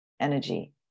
energy